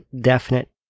Definite